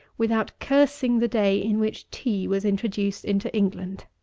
without cursing the day in which tea was introduced into england?